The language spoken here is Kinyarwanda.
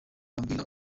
bamubwira